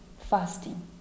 fasting